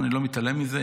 אני לא מתעלם מזה,